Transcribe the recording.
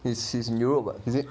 he's he's in europe [what]